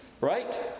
right